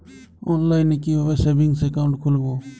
অনলাইনে কিভাবে savings account খুলবো?